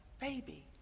baby